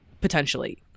Potentially